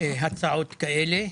הצעות כאלה,